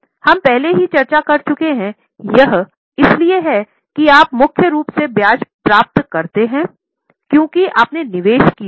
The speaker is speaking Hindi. हम पहले ही चर्चा कर चुके हैं यह इसलिए है कि आप मुख्य रूप से ब्याज प्राप्त करते हैं क्योंकि आपने निवेश किया जाता है